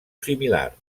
similar